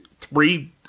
three